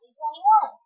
2021